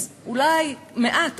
אז אולי מעט,